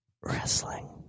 wrestling